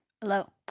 Hello